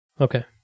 okay